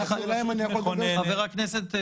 כלומר, איך הימים האלה מתחלקים בין הממשלה לכנסת.